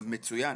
מצוין.